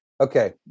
Okay